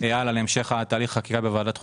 הלאה להמשך תהליך חקיקה בוועדת חוקה.